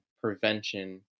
prevention